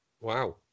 wow